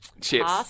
chips